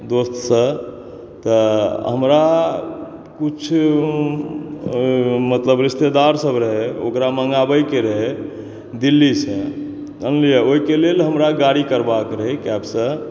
दोस्त सॅं तऽ हमरा किछु मतलब रिश्तेदार सब रहै ओकरा मंगाबै क रहय दिल्ली सं जानलिए ओयके लेल हमरा गाड़ी करबा के रहय कैब सं